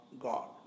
God